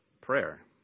prayer